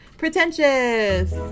Pretentious